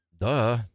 Duh